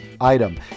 item